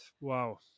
wow